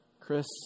Chris